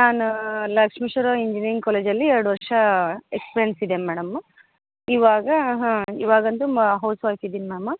ನಾನು ಲಕ್ಷ್ಮೀಶ್ವರ ಇಂಜಿನಿಯರಿಂಗ್ ಕಾಲೇಜಲ್ಲಿ ಎರಡು ವರ್ಷ ಎಕ್ಸ್ಪಿರಿಯನ್ಸ್ ಇದೆ ಮೇಡಮ್ಮು ಇವಾಗ ಹಾಂ ಇವಾಗಂದು ಮಾ ಹೌಸ್ ವೈಫ್ ಇದೀನಿ ಮ್ಯಾಮ್